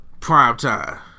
primetime